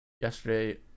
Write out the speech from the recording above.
yesterday